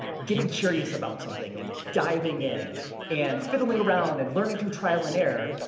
getting curious about something and diving in and fiddling around and learning through trial and error.